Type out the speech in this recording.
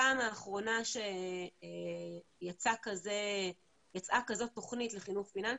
הפעם האחרונה שיצאה כזאת תוכנית לחינוך פיננסי,